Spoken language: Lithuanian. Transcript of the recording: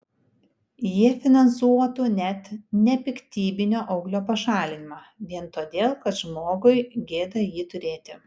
jie finansuotų net nepiktybinio auglio pašalinimą vien todėl kad žmogui gėda jį turėti